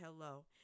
hello